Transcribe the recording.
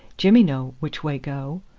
jimmy know which way go.